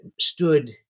stood